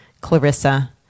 Clarissa